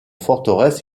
forteresse